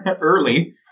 Early